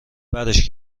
برش